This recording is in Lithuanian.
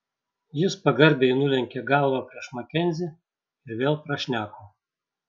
jis pagarbiai nulenkė galvą prieš makenzį ir vėl prašneko